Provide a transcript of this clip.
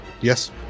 yes